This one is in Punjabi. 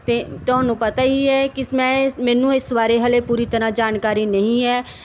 ਅਤੇ ਤੁਹਾਨੂੰ ਪਤਾ ਹੀ ਹੈ ਕਿ ਮੈਂ ਮੈਨੂੰ ਇਸ ਬਾਰੇ ਹਾਲੇ ਪੂਰੀ ਤਰ੍ਹਾਂ ਜਾਣਕਾਰੀ ਨਹੀਂ ਹੈ